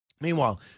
Meanwhile